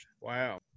wow